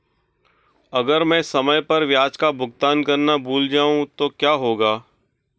अगर मैं समय पर ब्याज का भुगतान करना भूल जाऊं तो क्या होगा?